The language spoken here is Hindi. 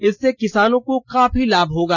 इससे किसानों को काफी लाभ होगा